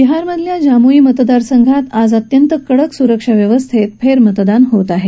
बिहार मधल्या जमुई मतदारसंघात आज अत्यंत कडक सुरक्षा व्यवस्थेत फेरमतदान होत आहे